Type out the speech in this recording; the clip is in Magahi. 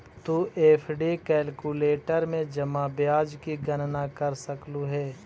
तु एफ.डी कैलक्यूलेटर में जमा ब्याज की गणना कर सकलू हे